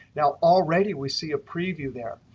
now, already, we see a preview there.